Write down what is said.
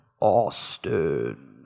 Austin